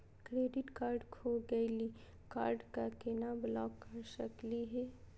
Credit card खो गैली, card क केना ब्लॉक कर सकली हे?